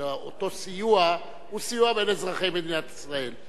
אותו סיוע, הוא סיוע בין אזרחי מדינת ישראל.